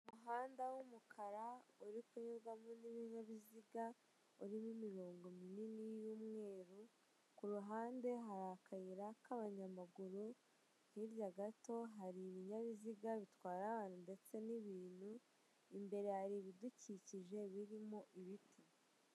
Umuhanda w'umukara uri kuyogamo n'ibinyabiziga, urimo imirongo minini y'umweru kuruhande hari akayira k'abanyamaguru, hirya gato hari ibinyabiziga bitwara abantu ndetse n'ibintu, imbere hari ibidukikije birimo ibiti.